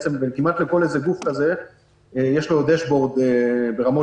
שכמעט לכל גוף כזה יש דשבורד ברמות